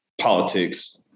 politics